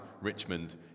Richmond